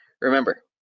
Remember